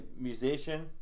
musician